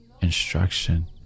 instruction